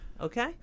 Okay